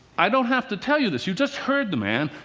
i don't have to tell you this you just heard the man.